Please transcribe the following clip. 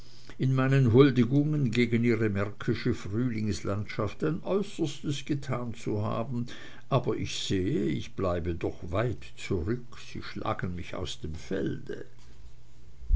in meinen huldigungen gegen ihre märkische frühlingslandschaft ein äußerstes getan zu haben aber ich sehe ich bleibe doch weit zurück sie schlagen mich aus dem felde